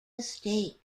estate